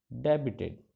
debited